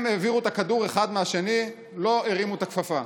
הם העבירו את הכדור מאחד לשני, לא הרימו את הכפפה.